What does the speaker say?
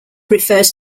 refers